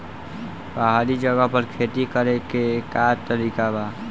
पहाड़ी जगह पर खेती करे के का तरीका बा?